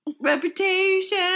reputation